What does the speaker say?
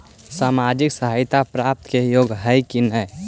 सामाजिक सहायता प्राप्त के योग्य हई कि नहीं?